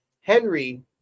Henry